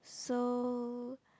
so